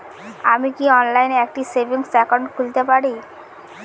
আমি কি অনলাইন একটি সেভিংস একাউন্ট খুলতে পারি?